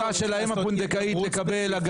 אל מול הזכות יש את זכותה של האם הפונדקאית לקבל הגנה.